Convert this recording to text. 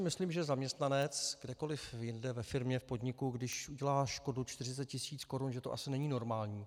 Myslím si, že zaměstnanec kdekoli jinde ve firmě, v podniku, když udělá škodu 40 000 korun, že to asi není normální.